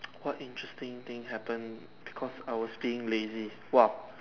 what interesting thing happen because I was being lazy !wah!